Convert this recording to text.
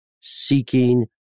seeking